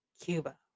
Cuba